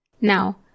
Now